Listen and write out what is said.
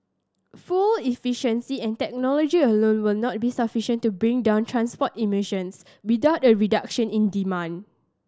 fuel efficiency and technology alone will not be sufficient to bring down transport emissions without a reduction in demand